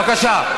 בבקשה.